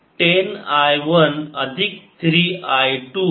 तर 10 I one अधिक 3 I to